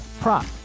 prop